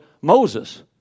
Moses